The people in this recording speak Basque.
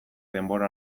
denbora